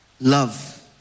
Love